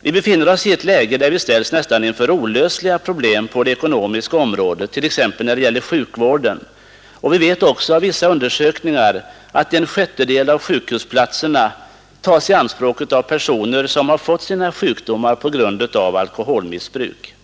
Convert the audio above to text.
Vi befinner oss i ett läge där vi ställs inför nästan olösliga problem på det ekonomiska området, framför allt när det gäller sjukvården. Vi vet också genom vissa undersökningar att en sjättedel av sjukhusplatserna tas i anspråk av personer som har fått sina sjukdomar på grund av alkoholmissbruk.